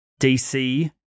DC